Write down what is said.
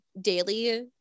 daily